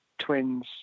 Twins